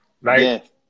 right